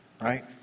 right